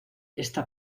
esta